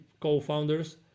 co-founders